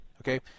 Okay